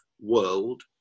world